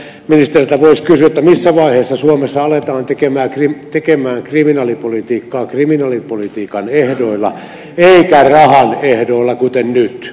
ministeriltä voisi kysyä missä vaiheessa suomessa aletaan tehdä kriminaalipolitiikkaa kriminaalipolitiikan ehdoilla eikä rahan ehdoilla kuten nyt